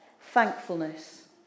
thankfulness